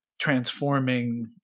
transforming